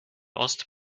ost